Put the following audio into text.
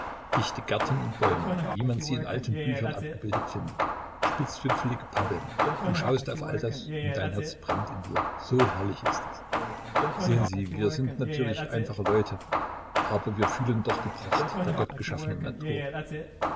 dichte gärten und bäume wie man sie in alten büchern abgebildet findet spitzwipfelige pappeln du schaust auf all das und dein herz brennt in dir gleichsam so herrlich ist es sehen sie wir sind natürlich einfache leute aber wir fühlen doch die pracht der gottgeschaffenen natur